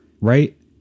right